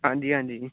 आं जी आं जी